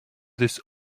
this